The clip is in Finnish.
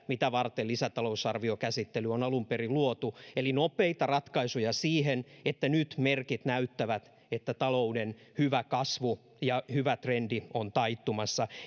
mitä varten lisätalousarviokäsittely on alun perin luotu eli nopeita ratkaisuja siihen että nyt merkit näyttävät että talouden hyvä kasvu ja hyvä trendi on taittumassa